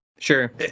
sure